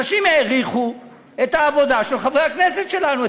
אנשים העריכו את העבודה של חברי הכנסת שלנו,